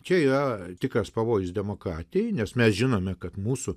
čia yra tikras pavojus demokratijai nes mes žinome kad mūsų